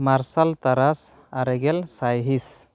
ᱢᱟᱨᱥᱟᱞ ᱛᱟᱨᱟᱥ ᱟᱨᱮ ᱜᱮᱞ ᱥᱟᱹᱦᱤᱥ